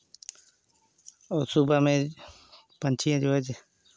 और सुबह में पक्षी जो हैं